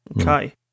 Okay